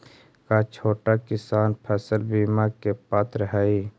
का छोटा किसान फसल बीमा के पात्र हई?